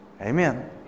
Amen